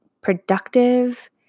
productive